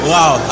Wow